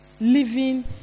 Living